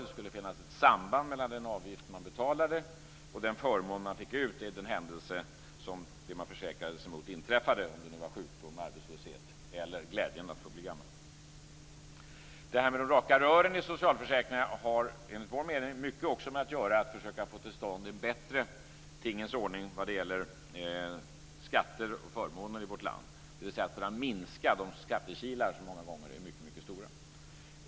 Det skulle finnas ett samband mellan den avgift man betalade och den förmån man fick ut i den händelse det man försäkrade sig mot inträffade: sjukdom, arbetslöshet eller glädjen att få bli gammal. De raka rören i socialförsäkringarna har enligt vår mening också mycket att göra med att försöka få till stånd en bättre tingens ordning vad gäller skatter och förmåner i vårt land, dvs. kunna minska de skattekilar som många gånger är mycket stora.